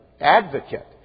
advocate